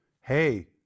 Hey